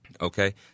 Okay